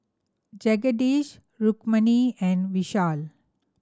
Jagadish Rukmini and Vishal